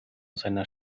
seiner